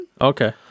Okay